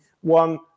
one